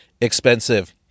expensive